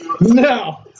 No